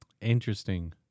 Interesting